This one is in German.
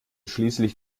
schließlich